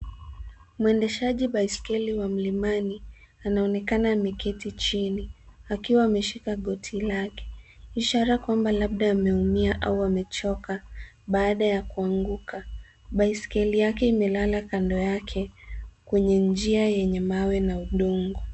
Mweneshaji baiskeli wa mlimani, anaonekana ameketi chini akiwa ameshika goti lake. Ishara kwamba labda ameumia au amechoka baada ya kuanguka. Baiskeli yake imelala kando yake, kwenye njia yenye mawe na udongo.